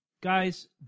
Guys